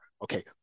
Okay